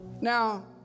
Now